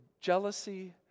Jealousy